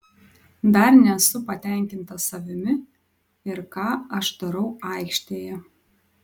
dar nesu patenkintas savimi ir ką aš darau aikštėje